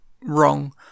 wrong